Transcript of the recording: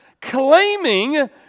claiming